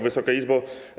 Wysoka Izbo!